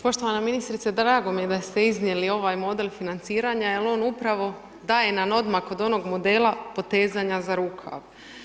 Poštovana ministrice drago mi je da ste iznijeli ovaj model financiranja, jer upravo daje nam odmak od onog modela potezanje za rukav.